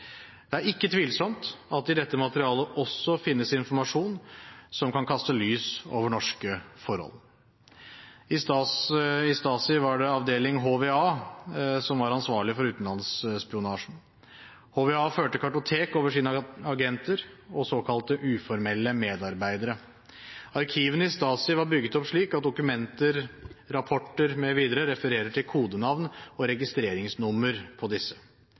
Det er ikke tvil om at det i dette materialet også finnes informasjon som kan kaste lyd over norske forhold. I Stasi var det avdeling HVA som var ansvarlig for utenlandsspionasjen. HVA førte kartotek over sine agenter og såkalte uformelle medarbeidere. Arkivene i Stasi var bygget opp slik at dokumenter, rapporter mv. refererer til kodenavn og registreringsnummer på disse.